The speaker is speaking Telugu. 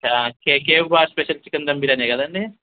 cave cave special chicken dum biryani కదండి